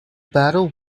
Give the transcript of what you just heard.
battle